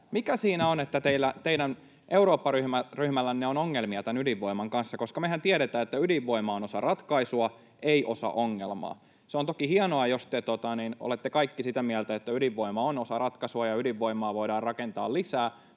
Mikä siinä on, että teidän Eurooppa-ryhmällänne on ongelmia tämän ydinvoiman kanssa, koska mehän tiedetään, että ydinvoima on osa ratkaisua, ei osa ongelmaa? Se on toki hienoa, jos te olette kaikki sitä mieltä, että ydinvoima on osa ratkaisua ja ydinvoimaa voidaan rakentaa lisää,